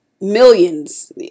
millions